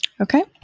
Okay